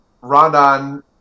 Rondon